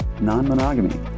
non-monogamy